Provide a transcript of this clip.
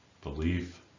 belief